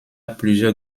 plusieurs